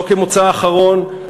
לא כמוצא אחרון,